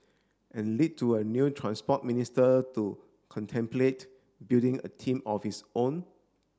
and lead to a new Transport Minister to contemplate building a team of his own